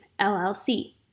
LLC